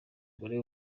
gore